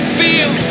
feel